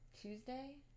Tuesday